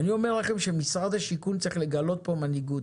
ואני אומר לכם שמשרד השיכון צריך לגלות פה מנהיגות